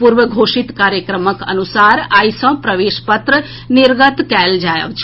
पूर्व घोषित कार्यक्रमक अनुसार आई सँ प्रवेश पत्र निर्गत कएल जायब छल